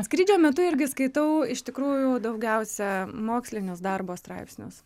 skrydžio metu irgi skaitau iš tikrųjų daugiausia mokslinius darbo straipsnius